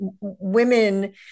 women